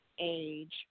age